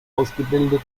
ausgebildet